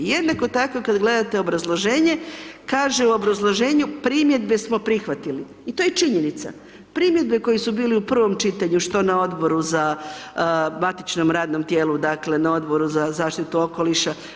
Jednako tako kad gledate obrazloženje, kaže u obrazloženju primjedbe smo prihvatili> i to je činjenica, primjedbe koje su bili u prvom čitanju što na odboru za matičnom radnom tijelu, dakle na Odboru za zaštitu okoliša.